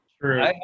True